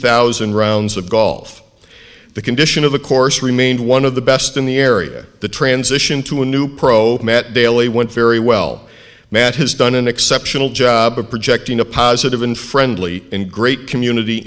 thousand rounds of golf the condition of the course remained one of the best in the area the transition to a new pro met daily went very well matt has done an exceptional job of projecting a positive and friendly and great community